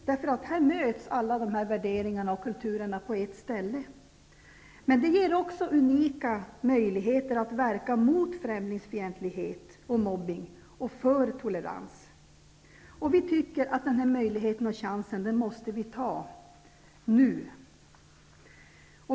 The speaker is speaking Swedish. Där möts alla dessa värderingar och kulturer på ett ställe. Men det ger också unika möjligheter att verka mot främlingsfientlighet och mobbning och för tolerans. Vi tycker att vi måste ta den här möjligheten och chansen -- nu.